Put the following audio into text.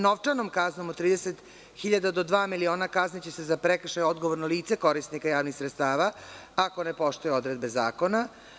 Novčanom kaznom od 30.000 do dva miliona kazniće se za prekršaj odgovorno lice korisnika javnih sredstava ako ne poštuje odredbe zakona.